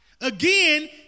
again